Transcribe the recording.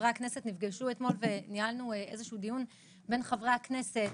חברי הכנסת נפגשו אתמול וניהלנו איזשהו דיון בין חברי הכנסת.